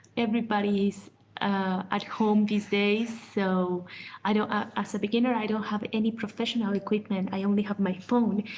everybody is at home these days, so i don't as a beginner, i don't have any professional equipment. i only have my phone,